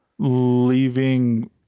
Leaving